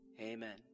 amen